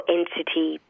entity